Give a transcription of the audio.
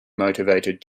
motivated